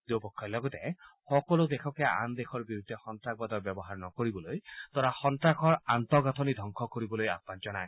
দুয়োপক্ষই লগতে সকলো দেশকে আন দেশৰ বিৰুদ্ধে সন্তাসবাদৰ ব্যৱহাৰ নকৰিবলৈ তথা সন্তাসৰ আন্তঃগাঠনি ধবংস কৰিবলৈ আহান জনায়